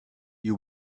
you